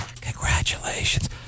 Congratulations